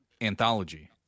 anthology